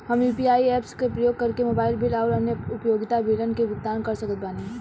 हम UPI apps के उपयोग करके मोबाइल बिल आउर अन्य उपयोगिता बिलन के भुगतान कर सकत बानी